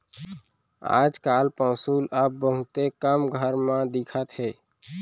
आज काल पौंसुल अब बहुते कम घर म दिखत हे